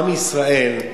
עם ישראל,